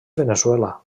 veneçuela